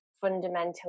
fundamentally